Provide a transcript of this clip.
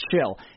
chill